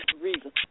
reason